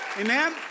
Amen